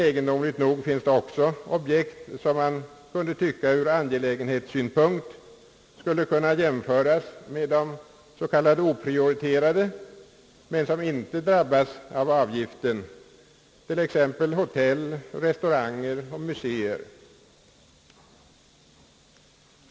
Egendomligt nog finns det emellertid också objekt som man skulle tycka ur angelägenhetssynpunkt jämförbara med de s. k, oprioriterade men som inte drabbas av avgiften, t.ex. hotell, restauranger och muséer.